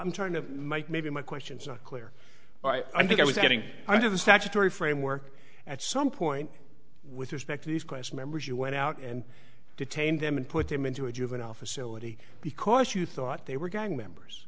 i'm trying to make maybe my questions are clear but i think i was getting under the statutory framework at some point with respect to these question members you went out and detained them and put them into a juvenile facility because you thought they were gang members